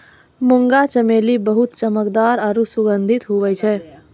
मुंगा चमेली बहुत चमकदार आरु सुगंधित हुवै छै